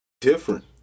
different